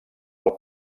del